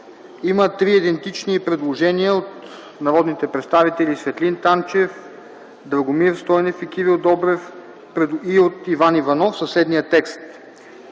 има три идентични предложения от народните представители Светлин Танчев; Драгомир Стойнов и Кирил Добрев,п и от Иван Иванов със следния текст: